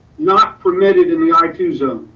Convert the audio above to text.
not permitted in the i two zone.